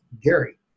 Gary